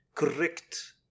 Correct